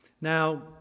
Now